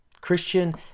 Christian